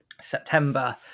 September